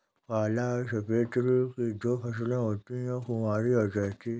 काला और सफेद तिल की दो फसलें होती है कुवारी और चैती